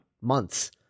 months